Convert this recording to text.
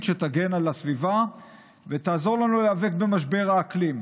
שתגן על הסביבה ותעזור לנו להיאבק במשבר האקלים.